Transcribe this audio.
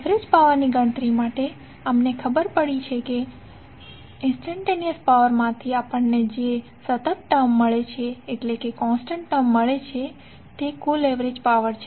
average power ની ગણતરી માટે આપણને જાણવા મળ્યું કે ઇંસ્ટંટેનીઅસ પાવર માંથી આપણને જે કોન્સટન્ટ ટર્મ મળે છે તે બીજું કઈ નહી પણ કુલ એવરેજ પાવર છે